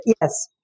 Yes